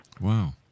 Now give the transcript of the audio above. Wow